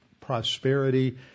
prosperity